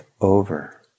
over